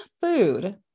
food